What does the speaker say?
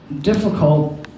difficult